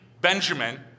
Benjamin